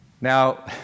Now